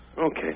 Okay